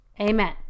Amen